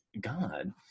God